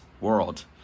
world